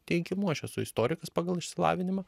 teikimu aš esu istorikas pagal išsilavinimą